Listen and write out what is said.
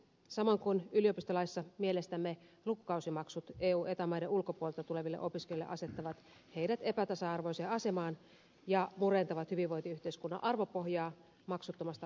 samoin kuin yliopistolaissa mielestämme lukukausimaksut eu ja eta maiden ulkopuolelta tuleville opiskelijoille asettavat heidät epätasa arvoiseen asemaan ja murentavat hyvinvointiyhteiskunnan arvopohjaa maksuttomasta opiskelusta